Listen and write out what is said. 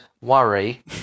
worry